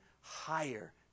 higher